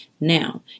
Now